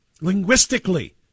linguistically